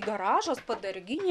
garažas padarginė